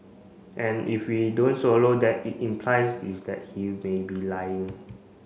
and if we don't swallow that it implies is that he may be lying